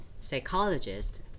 psychologist